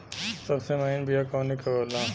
सबसे महीन बिया कवने के होला?